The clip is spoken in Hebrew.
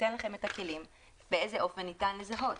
ייתן לכם את הכלים באיזה אופן ניתן לזהות.